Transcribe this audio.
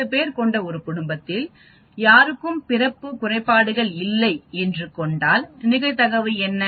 10 பேர் கொண்ட ஒரு குடும்பத்தில் யாருக்கும் பிறப்பு குறைபாடுகள் இல்லை என்று கொண்டாள் நிகழ்தகவு என்ன